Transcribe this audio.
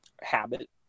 habit